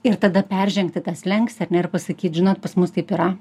ir tada peržengti tą slenkstį ar ne ir pasakyt žinot pas mus taip yra